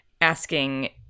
asking